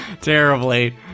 terribly